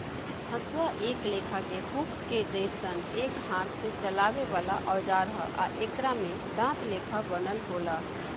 हसुआ एक लेखा के हुक के जइसन एक हाथ से चलावे वाला औजार ह आ एकरा में दांत लेखा बनल होला